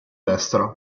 destra